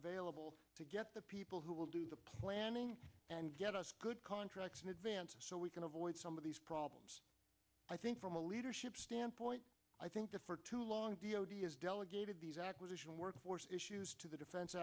available to get the people who will do the planning and get us good contracts in advance so we can avoid some of these problems i think from a leadership standpoint i think that for too long d o d has delegated these acquisition workforce issues to the defense